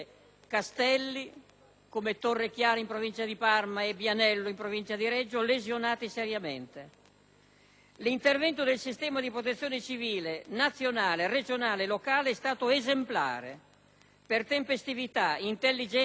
di Torrechiara in Provincia di Parma e di Bianello in Provincia di Reggio Emilia, lesionati seriamente. L'intervento del sistema di Protezione civile nazionale, regionale e locale è stato esemplare per tempestività, intelligenza, organizzazione.